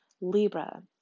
Libra